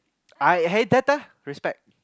I !hey! respect